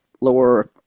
lower